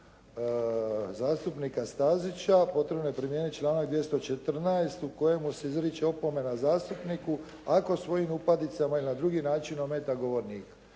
zastupnika Stazića potrebno je primijeniti članak 214. u kojemu se izriče opomena zastupniku ako svojim upadicama ili na drugi način ometa govornika.